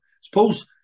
suppose